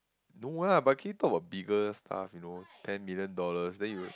no lah but can you talk about bigger stuff you know ten million dollars then you